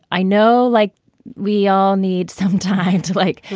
i know. like we all need some time to like,